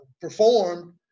Performed